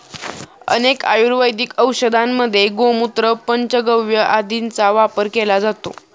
अनेक आयुर्वेदिक औषधांमध्ये गोमूत्र, पंचगव्य आदींचा वापर केला जातो